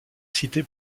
cité